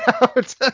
out